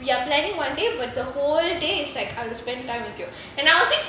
we are planning one day but the whole day is like I will spend time with you and I was like